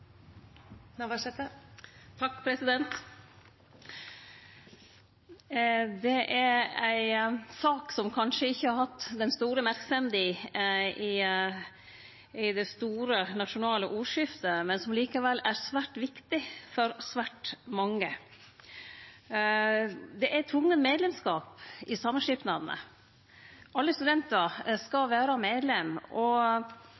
ei sak som kanskje ikke har hatt den store merksemda i det nasjonale ordskiftet, men som likevel er svært viktig for svært mange. Det er tvungen medlemskap i samskipnadene, alle studentar skal vere medlemer, og